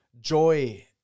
joy